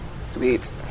sweet